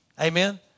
Amen